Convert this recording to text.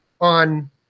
on